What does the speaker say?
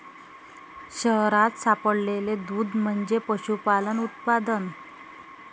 शहरात सापडलेले दूध म्हणजे पशुपालन उत्पादन